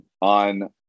on